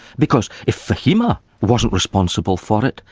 because if fahima wasn't responsible for it,